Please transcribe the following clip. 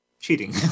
cheating